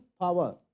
power